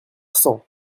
cents